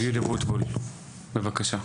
בבקשה.